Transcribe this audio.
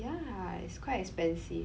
ya it's quite expensive